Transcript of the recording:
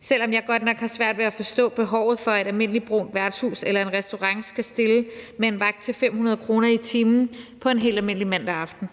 selv om jeg godt nok har svært ved at forstå behovet for, at et almindeligt brunt værtshus eller en restaurant skal stille med en vagt til 500 kr. i timen på en helt almindelig mandag aften.